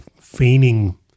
feigning